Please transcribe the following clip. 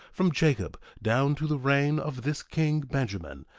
from jacob down to the reign of this king benjamin,